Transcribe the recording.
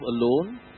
alone